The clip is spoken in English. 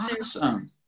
Awesome